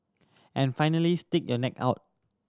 and finally stick your neck out